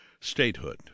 Statehood